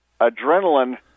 adrenaline –